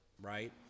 Right